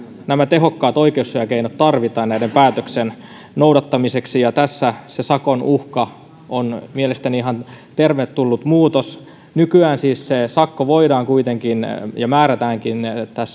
nämä tehokkaat oikeussuojakeinot tarvitaan näiden päätöksien noudattamiseksi ja tässä se sakon uhka on mielestäni ihan tervetullut muutos nykyään siis se sakko voidaan kuitenkin määrätä ja määrätäänkin